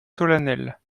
solennelle